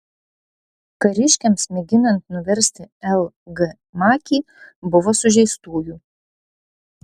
kariškiams mėginant nuversti l g makį buvo sužeistųjų